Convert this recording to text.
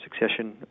succession